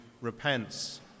repents